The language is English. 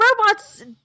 Robots